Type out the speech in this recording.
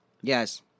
Yes